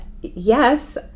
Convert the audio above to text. Yes